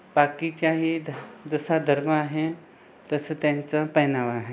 बाकीच्याही ध जसा धर्म आहे तसं त्यांचं पेहनाव आहे